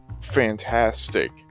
fantastic